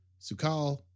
Sukal